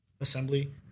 assembly